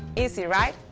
easy, right?